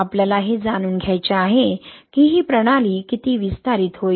आपल्याला हे जाणून घ्यायचे आहे की ही प्रणाली किती विस्तारित होईल